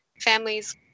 Families